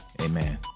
Amen